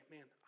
Man